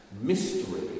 Mystery